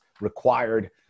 required